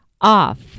off